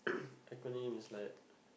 acronym is like